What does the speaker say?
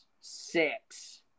six